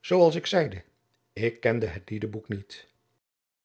zoo als ik zeide ik kende het liedeboek niet